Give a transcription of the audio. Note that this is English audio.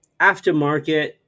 aftermarket